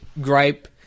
gripe